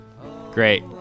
Great